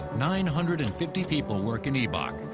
nine hundred and fifty people work in ibach,